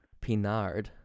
Pinard